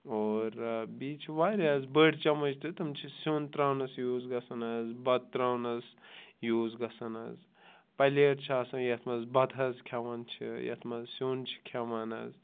اور بیٚیہِ چھِ واریاہ حظ بٔڈۍ چَمَچ تہِ تِم چھِ سیُٚن ترٛاونَس یوٗز گژھان حظ بَتہٕ ترٛاونَس یوٗز گژھان حظ پَلیٹ چھِ آسان یَتھ منٛز بَتہٕ حظ کھٮ۪وان چھِ یَتھ منٛز سیُٚن چھِ کھٮ۪وان حظ